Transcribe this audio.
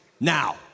now